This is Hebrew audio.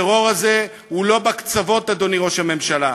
הטרור הזה הוא לא בקצוות, אדוני ראש הממשלה,